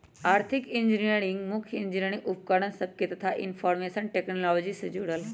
आर्थिक इंजीनियरिंग मुख्य इंजीनियरिंग उपकरण सभके कथा इनफार्मेशन टेक्नोलॉजी से जोड़ल हइ